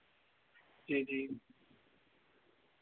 जी जी